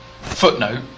Footnote